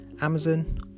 Amazon